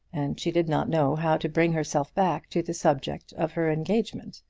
and she did not know how to bring herself back to the subject of her engagement.